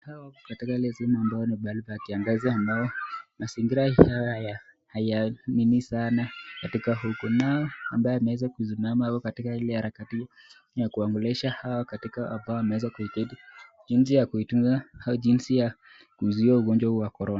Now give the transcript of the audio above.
Hawa wako katika ile sehemu ya kiangazi ambao mazingira haya haya nini sanaa naye ambaye ameweza kusimama katika ile harakati ya kuwaongelesha hawa hapa wameweza kuketi jinsi ya kutunza au jinsi ya kuzuia ugonjwa huu wa corona.